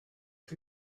chi